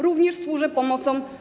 Również służę pomocą.